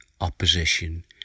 opposition